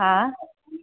हा